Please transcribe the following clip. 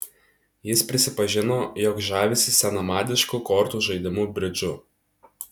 jis prisipažino jog žavisi senamadišku kortų žaidimu bridžu